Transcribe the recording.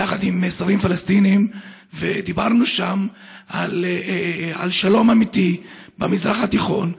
עם שרים פלסטינים ודיברנו שם על שלום אמיתי במזרח התיכון,